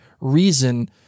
reason